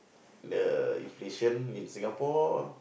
the inflation in Singapore